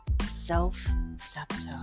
self-sabotage